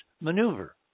maneuver